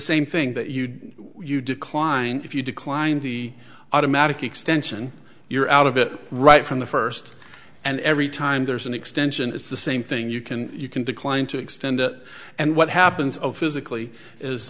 same thing that you did you decline if you declined the automatic extension you're out of it right from the first and every time there's an extension it's the same thing you can you can decline to extend it and what happens of physically is